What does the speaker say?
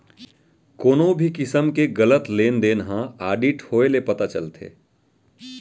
कोनो भी किसम के गलत लेन देन ह आडिट होए ले पता चलथे